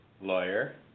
Lawyer